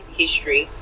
history